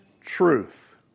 truth